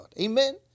Amen